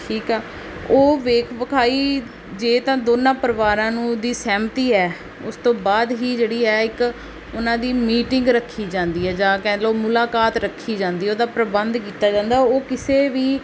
ਠੀਕ ਆ ਉਹ ਵੇਖ ਵਿਖਾਈ ਜੇ ਤਾਂ ਦੋਨਾਂ ਪਰਿਵਾਰਾਂ ਨੂੰ ਉਹਦੀ ਸਹਿਮਤੀ ਹੈ ਉਸ ਤੋਂ ਬਾਅਦ ਹੀ ਜਿਹੜੀ ਹੈ ਇੱਕ ਉਹਨਾਂ ਦੀ ਮੀਟਿੰਗ ਰੱਖੀ ਜਾਂਦੀ ਹੈ ਜਾਂ ਕਹਿ ਲਓ ਮੁਲਾਕਾਤ ਰੱਖੀ ਜਾਂਦੀ ਉਹਦਾ ਪ੍ਰਬੰਧ ਕੀਤਾ ਜਾਂਦਾ ਉਹ ਕਿਸੇ ਵੀ